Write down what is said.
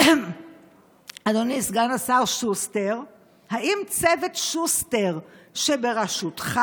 אדוני סגן השר שוסטר: האם צוות שוסטר שבראשותך